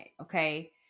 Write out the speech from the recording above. okay